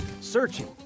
searching